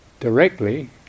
Directly